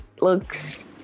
looks